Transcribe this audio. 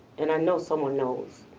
and i know someone knows.